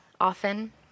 often